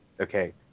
Okay